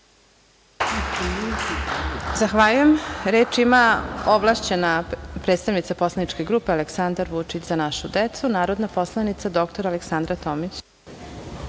Zahvaljujem. Reč ima ovlašćena predstavnica poslaničke grupe Aleksandar Vučić – Za našu decu, narodna poslanica dr Aleksandra Tomić.